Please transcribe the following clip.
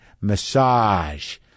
massage